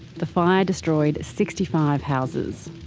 the fire destroyed sixty five houses.